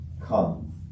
come